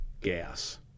gas